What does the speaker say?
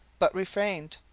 but refrained.